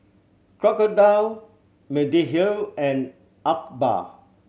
Crocodile Mediheal and Alba